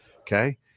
okay